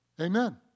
Amen